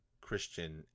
Christian